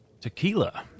Tequila